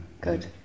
Good